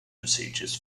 procedures